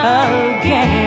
again